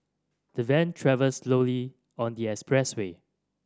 the van travelled slowly on the expressway